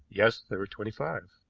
yes, there were twenty-five.